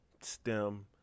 stem